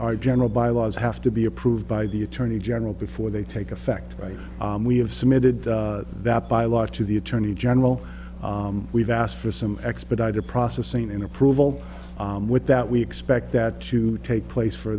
our general bylaws have to be approved by the attorney general before they take effect we have submitted that by law to the attorney general we've asked for some expedited process seen in approval with that we expect that to take place for